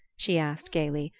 she asked gaily,